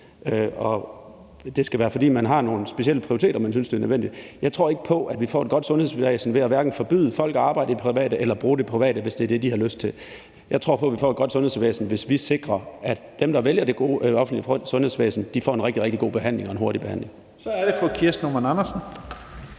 Det skal være, fordi man har nogle specielle prioriteter, at man synes, det er nødvendigt. Jeg tror ikke på, at vi får et godt sundhedsvæsen ved at forbyde folk at arbejde i det private eller bruge det private, hvis det er det, de har lyst til. Jeg tror på, at vi får et godt sundhedsvæsen, hvis vi sikrer, at dem, der vælger det offentlige sundhedsvæsen, får en rigtig, rigtig god og hurtig behandling. Kl. 11:50 Første næstformand